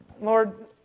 Lord